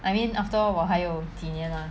I mean after all 我还有几年 mah